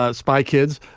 ah spy kids.